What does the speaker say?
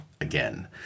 again